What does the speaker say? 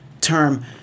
term